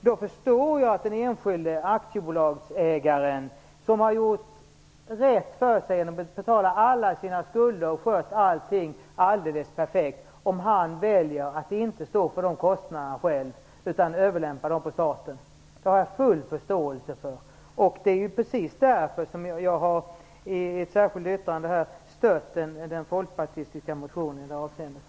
Jag förstår då om den enskilde aktiebolagsägaren, som har gjort rätt för sig genom att betala alla sina skulder och skött allting alldeles perfekt, väljer att inte stå för dessa kostnader själv utan överlämpar dem på staten. Det har jag full förståelse för. Det är precis därför som jag i ett särskilt yttrande har stött den folkpartistiska motionen i det avseendet.